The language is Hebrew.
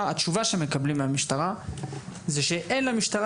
התשובה שהם מקבלים מהמשטרה היא שאין למשטרה